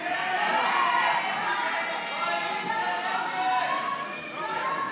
ההסתייגות (9)